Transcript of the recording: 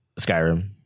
Skyrim